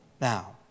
now